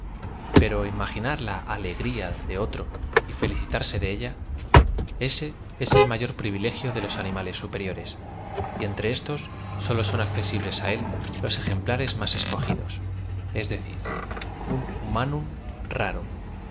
im aginar la alegría de otro y felicitarse de ella ese es el m ayor privilegio de los anímales superíores y entre éstos sólo son accesibles á él los ejem plares máa escogido a es decir un kurnanum raro